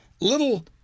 little